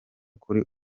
kuri